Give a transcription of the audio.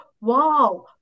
wow